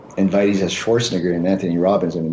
invitees as schwarzenegger and anthony robbins. and and